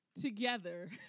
together